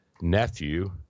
nephew